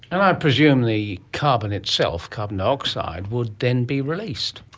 and i presume the carbon itself, carbon dioxide, would then be released.